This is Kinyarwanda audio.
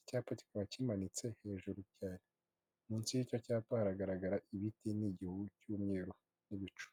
icyapa kikaba kimanitse hejuru cyane, munsi y'icyo cyapa hagaragara ibiti n'igihu cy'umweru n'ibicu.